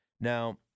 Now